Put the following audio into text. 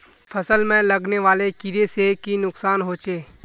फसल में लगने वाले कीड़े से की नुकसान होचे?